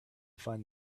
find